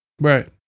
Right